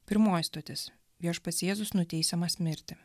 pirmoji stotis viešpats jėzus nuteisiamas mirti